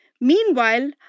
Meanwhile